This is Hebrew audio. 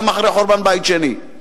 גם אחרי חורבן בית שני,